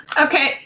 Okay